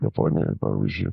japonijoj pavyzdžiui